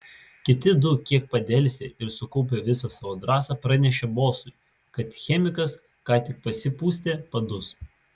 kiti du kiek padelsė ir sukaupę visą savo drąsą pranešė bosui kad chemikas ką tik pasipustė padus